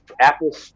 apple